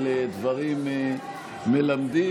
על דברים מלמדים,